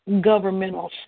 governmental